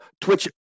Twitch